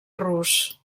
rus